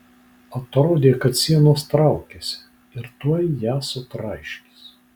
atrodė kad sienos traukiasi ir tuoj ją sutraiškys